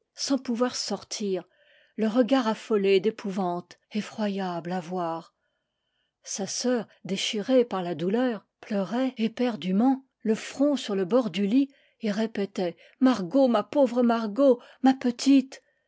sans pouvoir sortir le regard affolé d'épouvante effroyable à voir sa sœur déchirée par la douleur pleurait éperdument le front sur le bord du lit et répétait margot ma pauvre margot ma petite